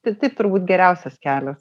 tai taip turbūt geriausias kelias